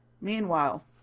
Meanwhile